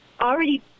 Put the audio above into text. already